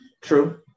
True